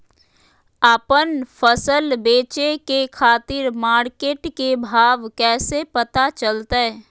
आपन फसल बेचे के खातिर मार्केट के भाव कैसे पता चलतय?